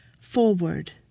forward